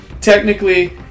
technically